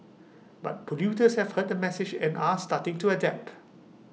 but polluters have heard the message and are starting to adapt